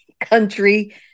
country